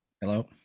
hello